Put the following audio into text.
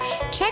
check